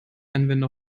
anwender